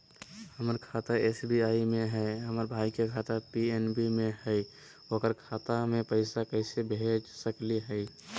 हमर खाता एस.बी.आई में हई, हमर भाई के खाता पी.एन.बी में हई, ओकर खाता में पैसा कैसे भेज सकली हई?